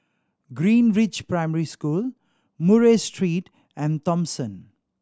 Greenridge Primary School Murray Street and Thomson